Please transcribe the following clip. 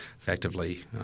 effectively